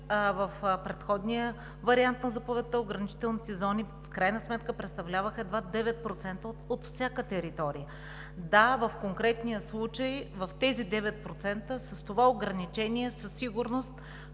В предходния вариант на заповедта ограничителните зони в крайна сметка представляваха едва 9% от всяка територия. Да, в конкретния случай, в тези 9% с това ограничение, със сигурност